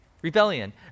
rebellion